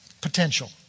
Potential